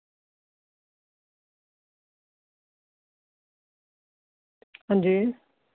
हां जी